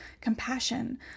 compassion